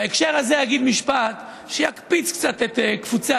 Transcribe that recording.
בהקשר הזה אגיד משפט שיקפיץ קצת את קפוצי